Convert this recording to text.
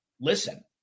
listen